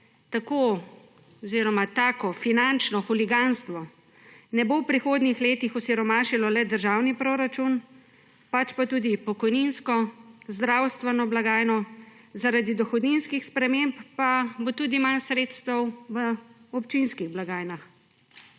oziroma tako finančno huliganstvo v prihodnjih letih ne bo osiromašilo le državnega proračuna, pač pa tudi pokojninsko, zdravstveno blagajno, zaradi dohodninskih sprememb pa bo tudi manj sredstev v občinskih blagajnah.